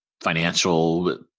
financial